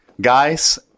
Guys